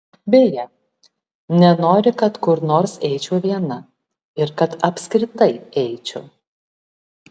beje nenori kad kur nors eičiau viena ir kad apskritai eičiau